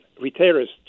retailers